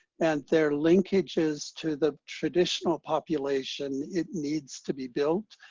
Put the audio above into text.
and their linkages to the traditional population, it needs to be built.